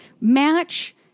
match